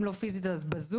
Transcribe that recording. אם לא פיזית אז בזום.